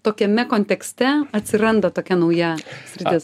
tokiame kontekste atsiranda tokia nauja sritis